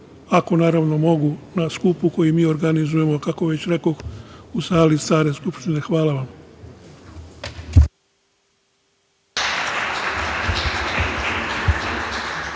ako naravno mogu na skupu koji mi organizujemo, kao već rekoh u sali stare Skupštine. Hvala vam.